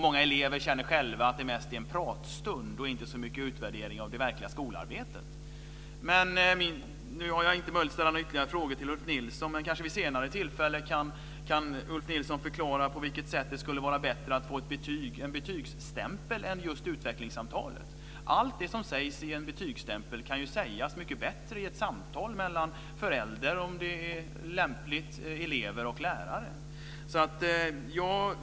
Många elever känner själva att det mest är en pratstund och inte så mycket en utvärdering av det verkliga skolarbetet. Nu har jag inte möjlighet att ställa ytterligare frågor till Ulf Nilsson. Kanske kan dock Ulf Nilsson vid ett senare tillfälle förklara på vilket sätt det skulle vara bättre att få ett betyg, en betygsstämpel, än att ha ett utvecklingssamtal. Allt som sägs i en betygsstämpel kan ju sägas mycket bättre i ett samtal mellan förälder, om det är lämpligt, elev och lärare.